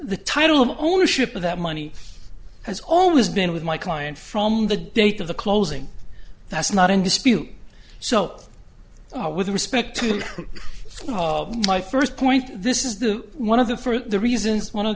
the title of ownership of that money has always been with my client from the date of the closing that's not in dispute so with respect to my first point this is the one of the for the reasons one of